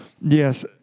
Yes